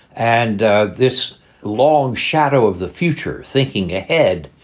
and this long shadow of the future thinking ahead.